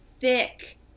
thick